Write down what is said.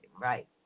Right